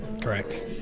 Correct